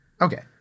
Okay